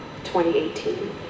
2018